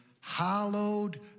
hallowed